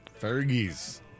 Fergie's